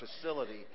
facility